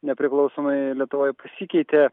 nepriklausomoje lietuvoj pasikeitė